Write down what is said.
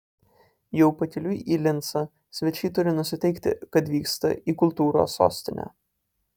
jau pakeliui į lincą svečiai turi nusiteikti kad vyksta į kultūros sostinę